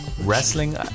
Wrestling